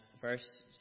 verse